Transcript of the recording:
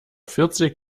vierzig